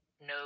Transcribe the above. no